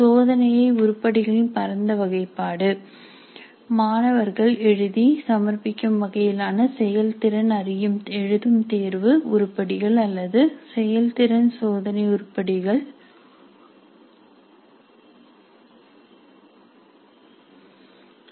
சோதனையை உருப்படிகளின் பரந்த வகைப்பாடு மாணவர்கள் எழுதி சமர்ப்பிக்கும் வகையிலான செயல்திறன் அறியும் எழுதும் தேர்வு உருப்படிகள் அல்லது செயல் திறன் சோதனை உருப்படிகள் ஆக இருக்கலாம்